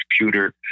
computer